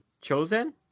chosen